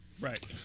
Right